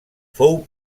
fou